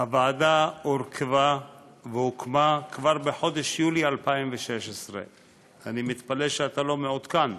הוועדה הורכבה והוקמה כבר בחודש יולי 2016. אני מתפלא שאתה לא מעודכן.